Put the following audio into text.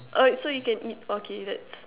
oh so you can eat okay that's